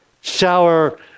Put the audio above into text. shower